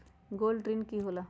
Gold ऋण की होला?